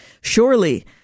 Surely